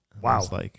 Wow